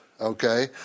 Okay